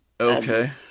Okay